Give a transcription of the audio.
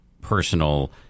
personal